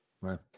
right